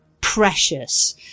precious